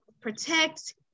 protect